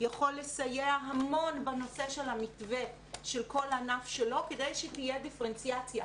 יכול לסייע המון בנושא של המתווה של כל ענף שלו כדי שתהיה דיפרנציאציה.